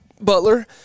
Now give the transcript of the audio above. Butler